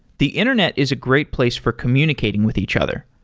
the internet is a great place for communicating with each other.